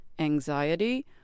anxiety